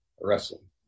wrestling